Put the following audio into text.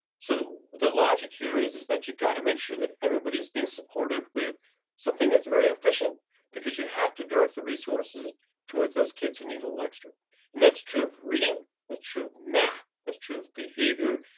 so the logic here is is that you got to make sure that everybody is being supported with something that's very efficient because you have to direct the resources towards those kids who need a little extra. and that's true of reading thats true of math thats true of behavior.